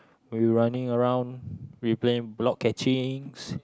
when we running around we play block catching